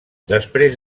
després